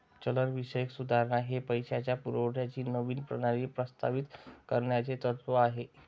चलनविषयक सुधारणा हे पैशाच्या पुरवठ्याची नवीन प्रणाली प्रस्तावित करण्याचे तत्त्व आहे